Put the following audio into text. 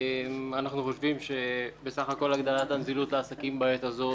אנחנו חושבים שבסך-הכול הגדלת הנזילות לעסקים בעת הזאת